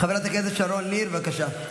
חברת הכנסת שרון ניר, בבקשה.